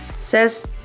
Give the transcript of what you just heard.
says